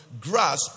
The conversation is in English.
grasp